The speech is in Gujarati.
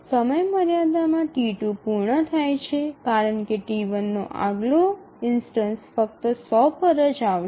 સમયમર્યાદામાં T2 પૂર્ણ થાય છે કારણ કે T1 નો આગલો ઇન્સ્ટનસ ફક્ત ૧00 પર જ આવશે